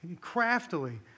craftily